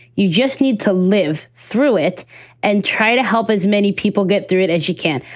you just need to live through it and try to help as many people get through it as she can.